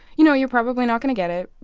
you know, you're probably not going to get it.